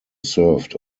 served